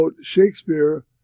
Shakespeare